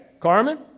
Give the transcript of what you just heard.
Carmen